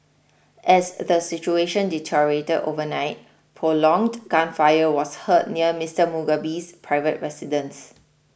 as the situation deteriorated overnight prolonged gunfire was heard near Mister Mugabe's private residence